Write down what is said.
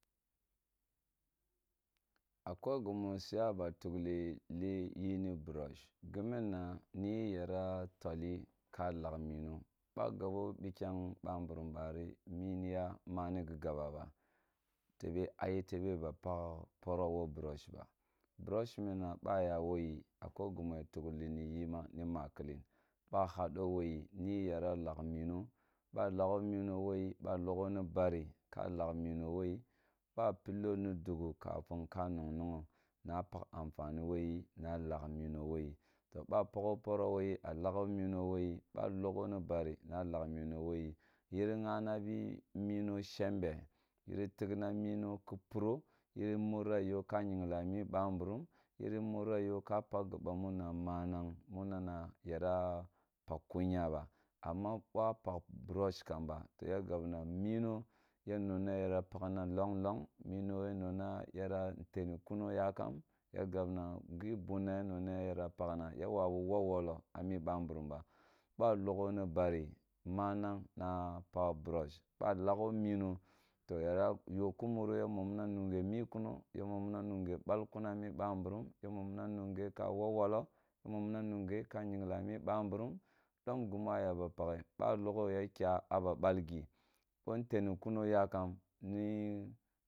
A woki gimeu si ya ba toghli li gi ni brosh gimna nni yara toil ka lagh ni mino ba gaba bikyang ba mburum bira mini ya ma nigi gaba ba tebe a yetebe ba plh poro wo brush ba brush ba pakh poro qo brush ba brush mini na noa ya wogi a kwo mimo ya tughli ni yi ma. Ni maklen ba whodo wo yi nuji yara lagh mino, ba lagho mino yara lagho ni bati ka lagh lagh mino wo yi ba pillo ni dughu ka finko nong npgho napakha anfani woyi na lagh mino wo yi ta ba pagho poro woyi a logha mino woyi ba logho ni ari na lagh mino woyi yin ghanabi mino shembe yen tighna mino ki poro yiri mira yo ka yingla mi bamburum yuri mira yo ka pakh giba mu na manang munana yara pakh kunga ba amma bia pakh brosh kamba yira gabna mino ya nina yara pathna mong nlong mino ya nuna yara ntori kuno ya kum ya gaban ya bunno ya nuna yara pehna ya wabu wolwolo a me bamburum ba ba blogho ni bari manag na pkha brosh ba laghe mino to yara yo kuma ro ya momna na pakh brosh ba lagho minto to yara yo kuma ro ya momna nenge ni kuno ya momnanunge bal kum a mi bamburum yamomnamunge ke wplwolo ya momna nungeka yengha maburum dom gemu a yaba paghe ba logho ya ka ba bal gi bo nteni kuno ya kam ni